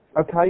okay